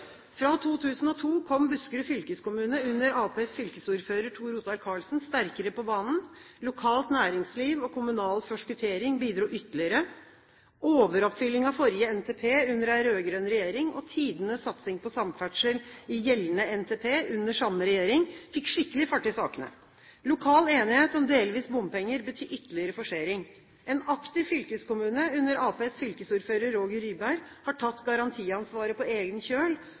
Fra 2002 kom Buskerud fylkeskommune, under Arbeiderpartiets fylkesordfører Tor Ottar Karlsen, sterkere på banen. Lokalt næringsliv og kommunal forskuttering bidro ytterligere. Overoppfylling av forrige NTP under en rød-grønn regjering og tidenes satsing på samferdsel i gjeldende NTP under samme regjering fikk skikkelig fart i sakene. Lokal enighet om delvis bompenger betyr ytterligere forsering. En aktiv fylkeskommune, under Arbeiderpartiets fylkesordfører Roger Ryberg, har tatt garantiansvaret på egen kjøl.